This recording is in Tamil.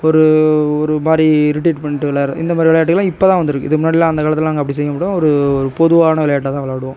ஒரு ஒரு மாரி இரிட்டேட் பண்ணிட்டு விளையாடுற இந்த மாரி விளையாட்டுகள்லாம் இப்போ தான் வந்துருக்கு இதுக்கு முன்னாடிலாம் அந்த காலத்தில் நாங்கள் அப்படி செய்ய மாட்டோம் ஒரு ஒரு பொதுவான விளையாட்டாக தான் விளாடுவோம்